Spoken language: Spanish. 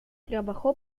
trabajó